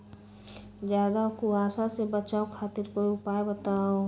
ज्यादा कुहासा से बचाव खातिर कोई उपाय बताऊ?